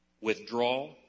withdrawal